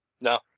No